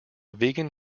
vegan